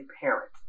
parent